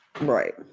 Right